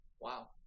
Wow